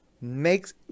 makes